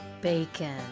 Bacon